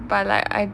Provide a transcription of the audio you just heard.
but like I